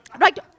Right